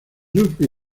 rugby